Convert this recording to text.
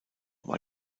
war